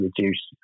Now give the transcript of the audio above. reduce